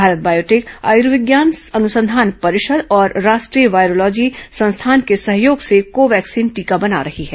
Bharat Biotech भारतीय आयुर्विज्ञान अनुसंधान परिषद और राष्ट्रीय वायरोलॉजी संस्थान के सहयोग से को वैक्सीन टीका बना रही है